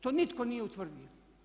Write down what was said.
To nitko nije utvrdio.